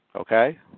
Okay